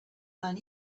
man